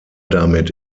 damit